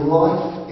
life